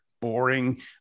boring